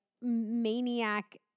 maniac